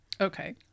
Okay